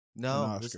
No